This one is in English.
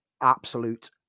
absolute